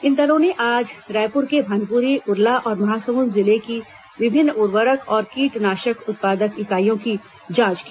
इन दलों ने आज रायपुर के भनपुरी उरला और महासमुंद जिले के विभिन्न उर्वरक और कीटनाशक उत्पादक इकाईयों की जांच की